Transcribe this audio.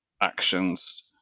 actions